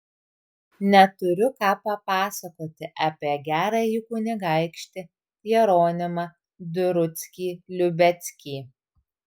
neturiu ką papasakoti apie gerąjį kunigaikštį jeronimą druckį liubeckį